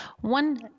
one